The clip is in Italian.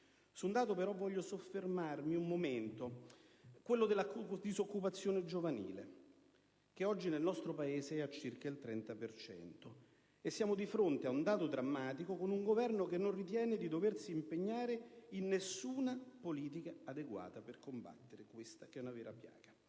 Su un dato però voglio soffermarmi un momento, quello della disoccupazione giovanile che oggi nel nostro Paese è circa al 30 per cento. Siamo di fronte ad un dato drammatico, con un Governo che non ritiene di doversi impegnare in alcuna politica adeguata per combattere questa che è una vera piaga.